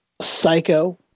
Psycho